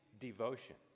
devotion